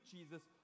Jesus